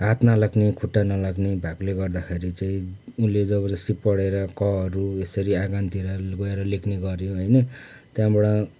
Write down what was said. हात नलाग्ने खुट्टा नलाग्ने भएकोले गर्दाखेरि चाहिँ उसले जबरजस्ती पढेर कहरू यसरी आँगनतिर गएर लेख्ने गर्यो होइन त्यहाँबाट